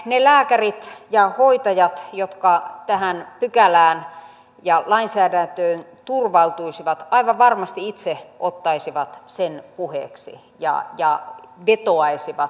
ne lääkärit ja hoitajat jotka tähän pykälään ja lainsäädäntöön turvautuisivat aivan varmasti itse ottaisivat sen puheeksi ja vetoaisivat siihen